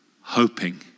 hoping